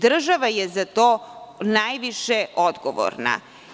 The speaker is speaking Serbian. Država je za to najviše odgovorna.